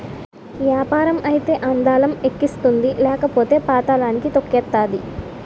యాపారం అయితే అందలం ఎక్కిస్తుంది లేకపోతే పాతళానికి తొక్కేతాది